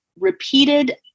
repeated